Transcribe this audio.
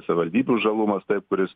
savivaldybių žalumas taip kuris